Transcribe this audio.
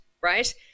right